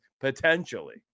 potentially